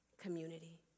community